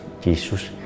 Jesus